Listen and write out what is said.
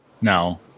No